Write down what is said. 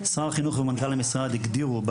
שר החינוך ומנכ"ל המשרד הגדירו,